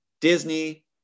Disney